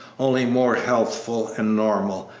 only more healthful and normal,